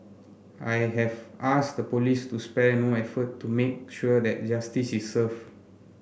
I have asked the police to spare no effort to make sure that justice is served